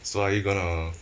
so are you gonna